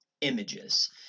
images